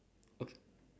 okay